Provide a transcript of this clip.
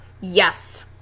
yes